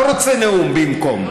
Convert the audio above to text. לא רוצה נאום במקום.